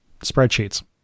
spreadsheets